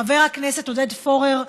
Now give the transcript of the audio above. חבר הכנסת עודד פורר ואנוכי,